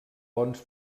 bons